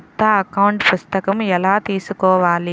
కొత్త అకౌంట్ పుస్తకము ఎలా తీసుకోవాలి?